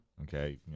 okay